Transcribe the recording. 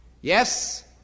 yes